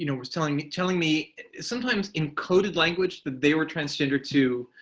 you know was telling telling me sometimes in coded language that they were transgender too,